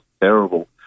terrible